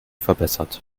verbessert